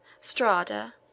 Strada